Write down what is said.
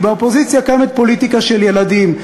כי באופוזיציה קיימת פוליטיקה של ילדים,